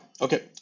Okay